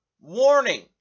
warning